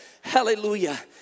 hallelujah